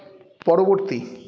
পরবর্তী